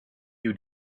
you